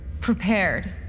Prepared